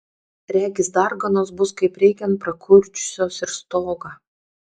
regis darganos bus kaip reikiant prakiurdžiusios ir stogą